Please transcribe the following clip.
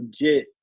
legit